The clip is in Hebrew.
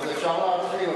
אז אפשר להתחיל.